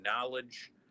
knowledge